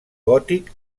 gòtic